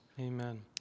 Amen